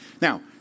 Now